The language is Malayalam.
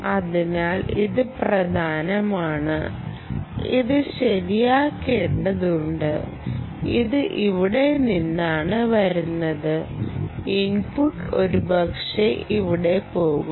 അതിനാൽ ഇത് പ്രധാനമാണ് ഇത് ശരിയാക്കേണ്ടതുണ്ട് ഇത് ഇവിടെ നിന്നാണ് വരുന്നത് ഇൻപുട്ട് ഒരുപക്ഷേ ഇവിടെ പോകുന്നു